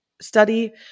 study